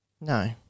No